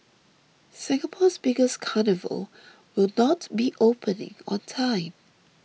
Singapore's biggest carnival will not be opening on time